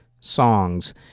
songs